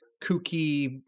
kooky